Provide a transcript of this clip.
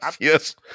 Yes